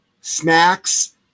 snacks